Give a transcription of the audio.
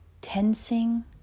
tensing